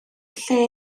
lle